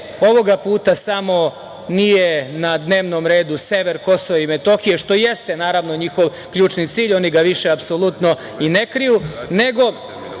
ovog puta samo nije na dnevnom redu sever Kosova i Metohije, što jeste, naravno njihov ključni cilj, oni ga apsolutno i ne kriju,